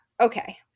Okay